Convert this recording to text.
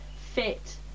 fit